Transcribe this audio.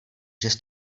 žes